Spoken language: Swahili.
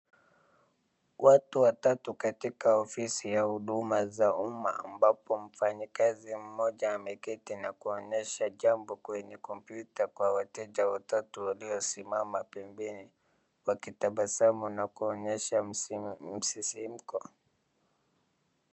Watu watatu katika ofisi ya huduma za umma ambapo mfanyakazi mmoja ameketi na kuonyesha jambo kwenye kompyuta kwa wateja wawili waliosimama pembeni wakitabasamu na kuonyesha msisimko.